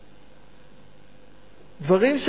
דברים,